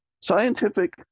scientific